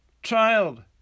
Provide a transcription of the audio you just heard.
Child